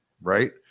right